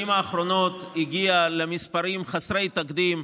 האחרונות הגיע למספרים חסרי תקדים.